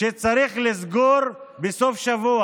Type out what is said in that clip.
שצריך לסגור בסוף שבוע.